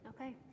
Okay